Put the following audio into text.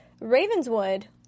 Ravenswood